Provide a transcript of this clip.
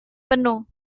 penuh